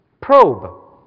probe